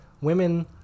Women